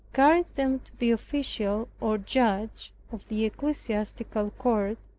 carried them to the official, or judge of the ecclesiastical court,